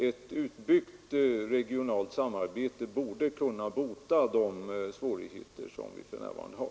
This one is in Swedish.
Ett utbyggt regionalt samarbete borde kunna bota de svårigheter som vi för närvarande har.